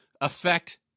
affect